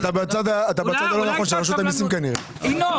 אני אאפשר